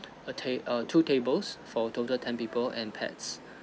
a tab~ err two tables for total ten people and pets